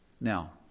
Now